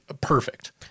perfect